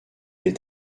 est